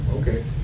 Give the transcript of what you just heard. okay